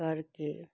ਕਰਕੇ